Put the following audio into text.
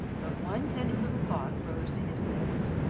but one tender little thought rose to his lips.